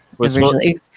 originally